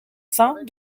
saint